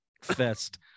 fest